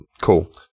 Cool